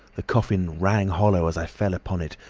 the coffin rang hollow as i fell upon it,